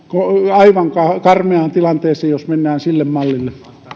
aivan karmeaan tilanteeseen jos mennään sille mallille